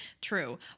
True